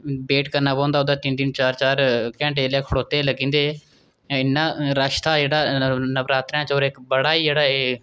weight करना पौंदा ओह्दा तिन्न तिन्न चार चार घैंटे जेल्लै खड़ोते दे लगी जंदे ते इन्ना रश हा जेह्ड़ा न नवरात्रें च और इक बड़ा ई ओह् जेह्ड़ा एह्